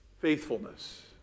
faithfulness